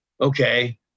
okay